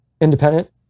independent